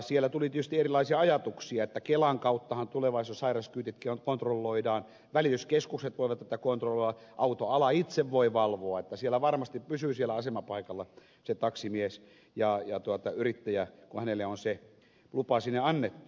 siellä tuli tietysti erilaisia ajatuksia että kelan kauttahan tulevaisuudessa sairaskyyditkin kontrolloidaan välityskeskukset voivat tätä kontrolloida autoala itse voi valvoa että siellä asemapaikalla varmasti pysyy se taksimies ja yrittäjä kun hänelle on se lupa sinne annettu